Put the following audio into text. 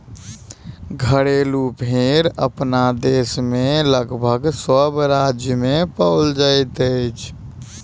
घरेलू भेंड़ अपना देश मे लगभग सभ राज्य मे पाओल जाइत अछि